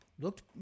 looked